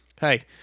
hey